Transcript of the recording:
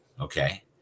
okay